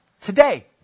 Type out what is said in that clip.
today